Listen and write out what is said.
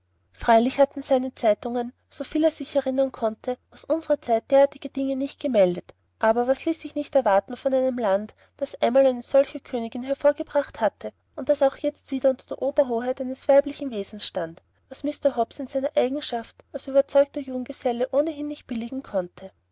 freilich hatten seine zeitungen soviel er sich erinnern konnte aus unsrer zeit derartige dinge nicht gemeldet aber was ließ sich nicht erwarten von einem land das einmal eine solche königin hervorgebracht hatte und das auch jetzt wieder unter der oberhoheit eines weiblichen wesens stand was mr hobbs in seiner eigenschaft als überzeugter junggeselle ohnehin nicht billigen konnte